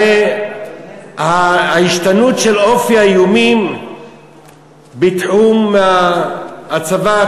הרי ההשתנות של אופי האיומים בתחום הצבא,